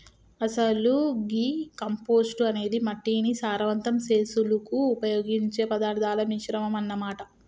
అసలు గీ కంపోస్టు అనేది మట్టిని సారవంతం సెసులుకు ఉపయోగించే పదార్థాల మిశ్రమం అన్న మాట